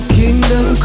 kingdom